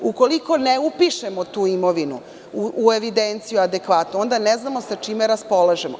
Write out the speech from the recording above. Ukoliko ne upišemo tu imovinu u adekvatnu evidenciju, onda ne znamo sa čime raspolažemo.